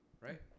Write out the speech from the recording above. Right